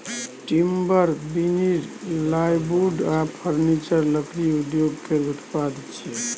timber, veneer, plywood आ furniture लकड़ी उद्योग केर उत्पाद छियै